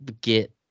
get